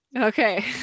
Okay